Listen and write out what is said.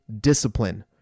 discipline